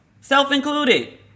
self-included